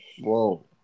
Whoa